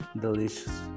delicious